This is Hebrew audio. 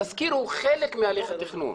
התסקיר הוא חלק מהליך התכנון.